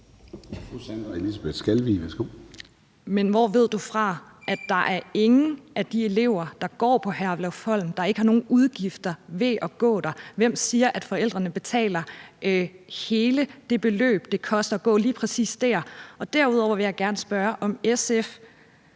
Men hvor ved du fra, at der ikke er nogen af de elever, der går på Herlufsholm, der ikke har nogen udgifter ved at gå der? Hvem siger, at forældrene betaler hele det beløb, det koster at gå lige præcis der? Derudover vil jeg gerne spørge, om SF